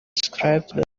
described